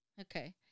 Okay